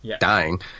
dying